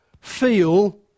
feel